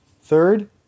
Third